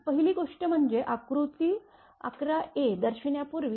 पहिली गोष्ट म्हणजे आकृती ११ a दर्शविण्यापूर्वी